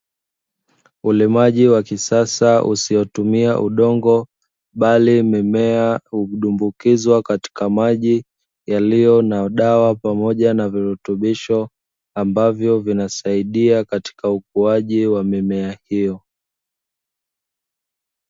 Ulimaji wa kisasa usiotumia udongo, bali mimea hudumbukizwa katika maji yaliyo na dawa pamoja na virutubisho, ambavyo vinasaidia katika ukuwaji wa mimea hiyo.